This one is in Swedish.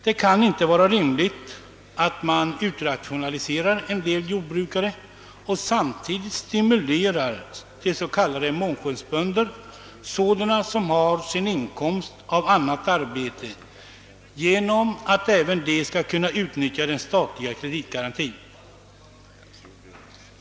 Det kan inte vara rimligt att man bortrationaliserar en del jordbrukare och samtidigt stimulerar s.k. »månskensbönder», d.v.s. sådana som har sin inkomst av annat arbete, genom att även de skall kunna utnyttja den statliga kreditgarantin.